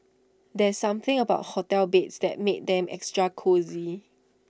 there's something about hotel beds that makes them extra cosy